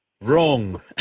Wrong